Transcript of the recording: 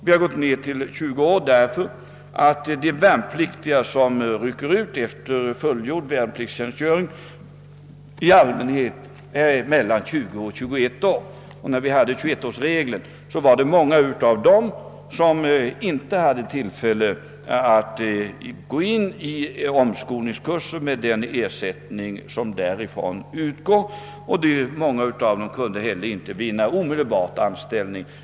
Vi har gått ned till 20 år därför att de som rycker ut efter fullgjord värnpliktstjänstgöring i allmänhet är mellan 20 och 21 år. När vi hade 21-årsregeln var det många av dem som inte hade tillfälle att gå in i omskolningskurser och få den ersättning som då utgår. Många av dem kunde inte heller omedelbart få anställning.